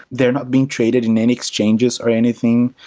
they're not being traded in any exchanges or anything,